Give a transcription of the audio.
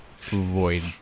Void